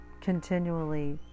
continually